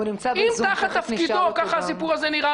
אם ככה תחת תפקידו ככה הסיפור הזה נראה